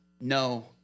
no